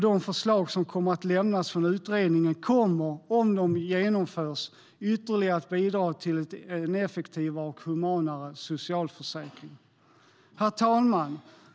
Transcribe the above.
De förslag som kommer att lämnas från utredningen kommer, om de genomförs, ytterligare att bidra till en effektivare och humanare socialförsäkring. Herr talman!